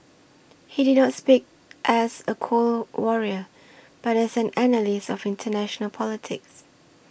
he did not speak as a Cold Warrior but as an analyst of international politics